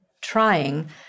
trying